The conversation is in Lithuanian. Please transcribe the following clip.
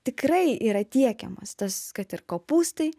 tikrai yra tiekiamos tos kad ir kopūstai